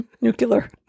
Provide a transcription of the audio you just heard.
Nuclear